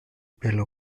belle